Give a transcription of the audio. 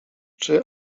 czy